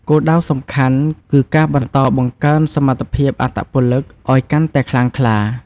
គោលដៅសំខាន់គឺ ការបន្តបង្កើនសមត្ថភាពអត្តពលិក ឲ្យកាន់តែខ្លាំងក្លា។